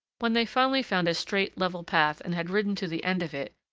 when they finally found a straight, level path, and had ridden to the end of it,